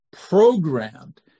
programmed